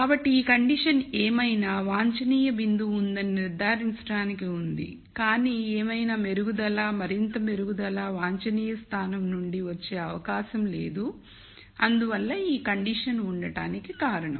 కాబట్టి ఈ కండిషన్ ఏమైనా వాంఛనీయ బిందువు ఉందని నిర్ధారించడానికి ఉంది కానీ ఏవైనా మెరుగుదల మరింత మెరుగుదల వాంఛనీయ స్థానం నుండి వచ్చే అవకాశం లేదు అందువల్ల ఈ కండిషన్ఉండటానికి కారణం